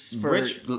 rich